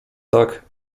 tak